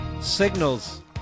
Signals